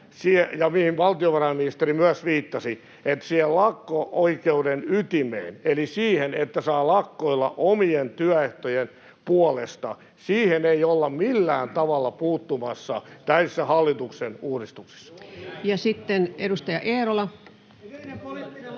myös valtiovarainministeri viittasi, että siihen lakko-oikeuden ytimeen — eli siihen, että saa lakkoilla omien työehtojen puolesta — ei olla millään tavalla puuttumassa näissä hallituksen uudistuksissa. Ja sitten edustaja Eerola.